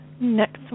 Next